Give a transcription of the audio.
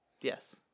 Yes